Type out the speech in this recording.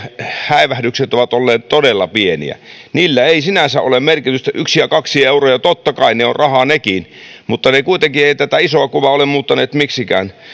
häivähdykset ovat olleet todella pieniä niillä ei sinänsä ole merkitystä yksi ja kaksi euroa totta kai ne ovat rahaa nekin mutta kuitenkaan ne eivät tätä isoa kuvaa ole muuttaneet miksikään